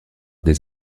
des